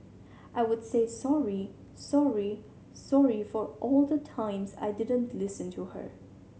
I would say sorry sorry sorry for all the times I didn't listen to her